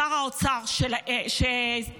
שר האוצר ליברמן,